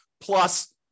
plus